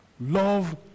love